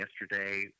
yesterday